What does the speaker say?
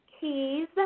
Keys